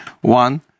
One